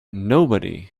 nobody